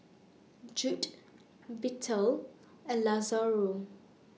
Judd Bethel and Lazaro